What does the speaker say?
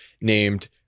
named